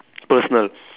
personal